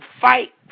fight